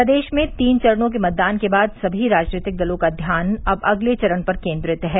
प्रदेश में तीन चरणों के मतदान के बाद सभी राजनीतिक दलों का ध्यान अब अगले चरण पर केंद्रित है